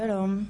שלום,